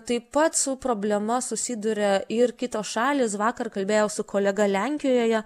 taip pat su problema susiduria ir kitos šalys vakar kalbėjau su kolega lenkijoje